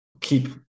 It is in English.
keep